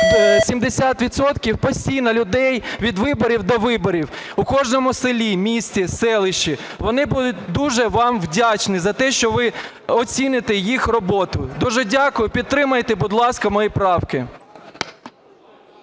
постійно людей від виборів до виборів у кожному селі, місті, селищі, вони будуть дуже вам вдячні за те, що ви оціните їх роботу. Дуже дякую. Підтримайте, будь ласка, мої правки.